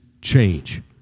change